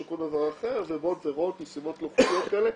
או כל דבר אחר ובאות ורואות מסיבות לא חוקיות כאלה,